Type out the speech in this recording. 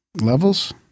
levels